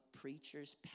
preachers